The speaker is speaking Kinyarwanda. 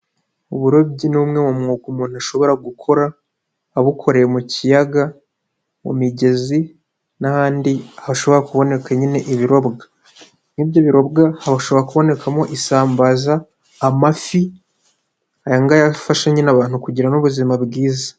Uburobyi ni umwe mu mwuga umuntu ashobora gukora, abukoreye mu kiyaga, mu migezi n'ahandi hashobora kuboneka nyine ibirobwa. nk'ibyo birobwa hashobora kubonekamo isambaza, amafi, ayanga yafasha nyine n'abantu kugira n'ubuzima bwiza.